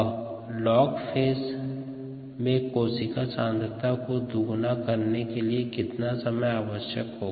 ब log phase में कोशिका सांद्रता को दोगुना करने के लिए कितना समय आवश्यक है